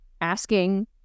asking